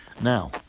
Now